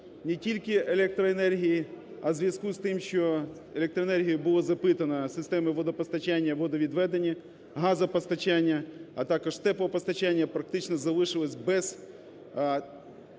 не тільки електроенергії, а у зв'язку з тим, що електроенергію було запитано у системи водопостачання і водовідведення, газопостачання, а також теплопостачання, практично залишилися без таких